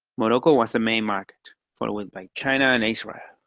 morocco was the main market, followed by china and israel.